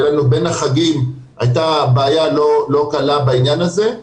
בין החגים הייתה בעיה לא קלה בעניין הזה,